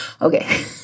Okay